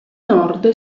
nord